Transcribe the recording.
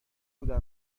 بودم